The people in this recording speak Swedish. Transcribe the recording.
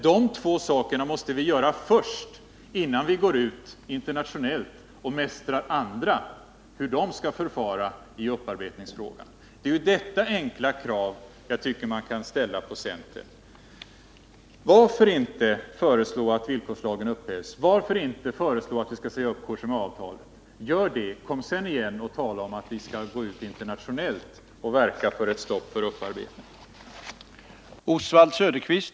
De två sakerna måste vi göra först, innan vi går ut internationellt och mästrar andra och talar om hur de skall förfara i upparbetningsfrågan. Det är detta enkla krav jag tycker att man kan ställa på centern. Varför inte föreslå att villkorslagen upphävs? Varför inte föreslå att vi skall säga upp Cogémaavtalet? Gör det, och kom sedan igen och tala om att vi skall gå ut internationellt och verka för ett stopp för upparbetning!